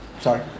Sorry